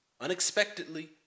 unexpectedly